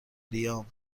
لیام